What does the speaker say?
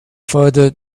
further